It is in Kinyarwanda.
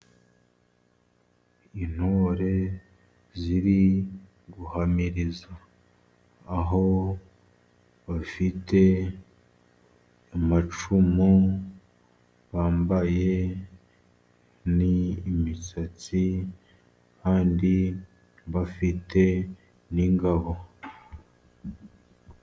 Intore ziri guhamiriza, aho bafite amacumu bambaye ni imisatsi kandi bafite n'ingabo.